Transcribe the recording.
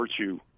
virtue